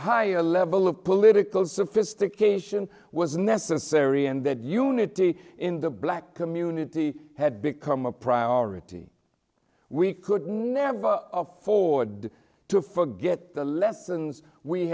higher level of political sophistication was necessary and that unity in the black community had become a priority we could never afford to forget the lessons we